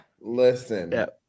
Listen